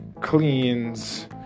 cleans